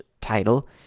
title